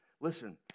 Listen